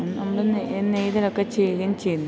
നമ്മൾ നെയ്തലൊക്കെ ചെയ്യുകയും ചെയ്യുന്നു